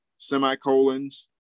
Semicolons